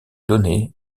donner